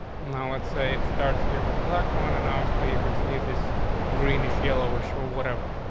now, let's say it starts here with black one, and obviously you can see this greenish yellowish or whatever.